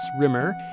Rimmer